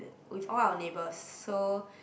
the with all our neighbors so